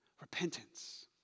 Repentance